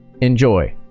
Enjoy